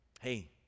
Hey